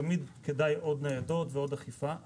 תמיד כדאי עוד ניידות ועוד אכיפה,